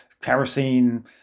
kerosene